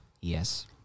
Yes